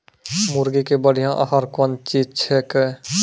मुर्गी के बढ़िया आहार कौन चीज छै के?